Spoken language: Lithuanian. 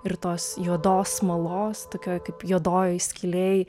ir tos juodos smalos tokioj kaip juodojoj skylėj